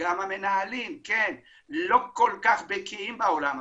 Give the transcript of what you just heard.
וגם המנהלים לא כל כך בקיאים בעולם הזה.